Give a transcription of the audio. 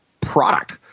product